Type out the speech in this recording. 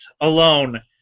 alone